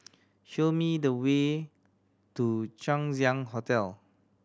show me the way to Chang Ziang Hotel